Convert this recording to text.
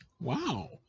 Wow